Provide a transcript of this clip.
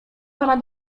pana